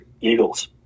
Eagles